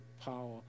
power